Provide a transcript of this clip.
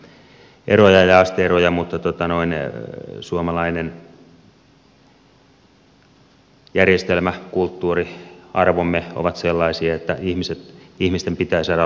ymmärrän että niissä on eroja ja aste eroja mutta suomalainen järjestelmä kulttuuri arvomme ovat sellaisia että ihmisten pitää saada olla koskemattomia